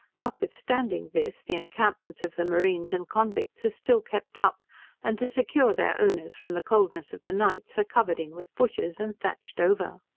notwithstanding this the encampments of the marines and convicts are still kept up and to secure their owners from the coldness of the nights, are covered in with bushes, and thatched over.